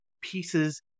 pieces